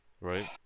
Right